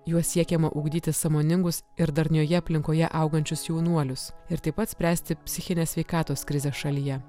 juo siekiama ugdyti sąmoningus ir darnioje aplinkoje augančius jaunuolius ir taip pat spręsti psichinės sveikatos krizę šalyje